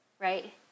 Right